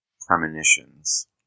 premonitions